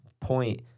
Point –